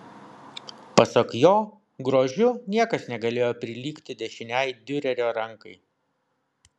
pasak jo grožiu niekas negalėjo prilygti dešinei diurerio rankai